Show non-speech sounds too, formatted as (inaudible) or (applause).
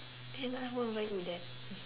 and I won't even eat that (laughs)